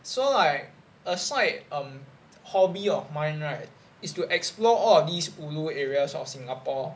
so like a side um hobby of mine right is to explore all of this ulu areas of singapore